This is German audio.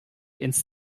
ins